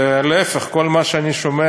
להפך, כל מה שאני שומע